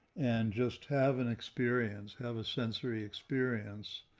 and just have an experience have a sensory experience.